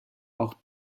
auch